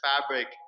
fabric